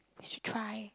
should try